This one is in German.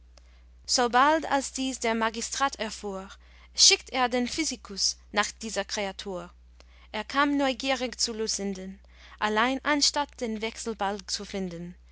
sobald als dies der magistrat erfuhr schickt er den physikus nach dieser kreatur er kam neugierig zu lucinden allein anstatt den wechselbalg zu finden